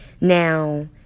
now